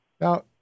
Now